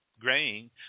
grain